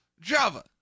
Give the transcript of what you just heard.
Java